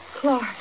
Clark